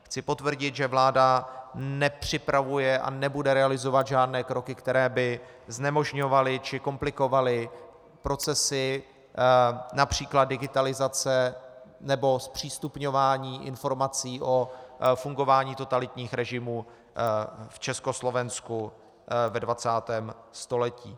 Chci potvrdit, že vláda nepřipravuje a nebude realizovat žádné kroky, které by znemožňovaly či komplikovaly procesy, například digitalizace nebo zpřístupňování informací o fungování totalitních režimů v Československu ve 20. století.